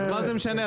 אז מה זה משנה?